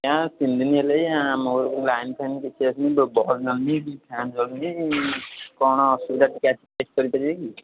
ଆଜ୍ଞା ତିନିଦିନ ହେଲାଇଁ ଆମ ଘରକୁ ଲାଇନ୍ ଫାଇନ୍ କିଛି ଆସୁନି ବଲ୍ ଜଳୁନି କି ଫ୍ୟାନ୍ ଜଳୁନି କ'ଣ ଅସୁବିଧା ଟିକେ ଆସି ଚେକ୍ କରିପାରିବେ କି